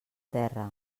terra